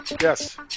Yes